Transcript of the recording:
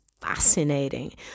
fascinating